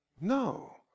no